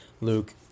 Luke